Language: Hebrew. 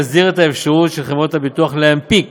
להסדיר את האפשרות של חברות הביטוח להנפיק